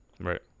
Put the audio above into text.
Right